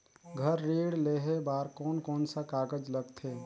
घर ऋण लेहे बार कोन कोन सा कागज लगथे?